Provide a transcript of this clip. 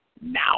Now